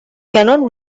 cannon